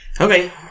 Okay